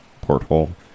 porthole